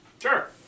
sure